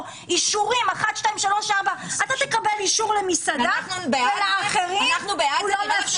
אישורים אתה תקבל אישור למסעדה ולאחרים הוא לא מאפשר.